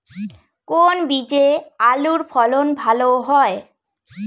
কোন বীজে আলুর ফলন ভালো হয়?